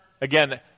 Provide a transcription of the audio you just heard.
again